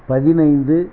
பதினைந்து